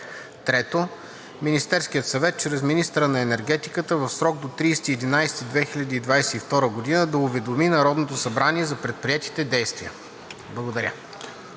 г. 3. Министерският съвет чрез министъра на енергетиката в срок до 30.11.2022 г. да уведоми Народното събрание за предприетите действия.“ Благодаря.